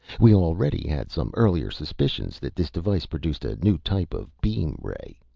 we already had some earlier suspicions that this device produced a new type of beam ray.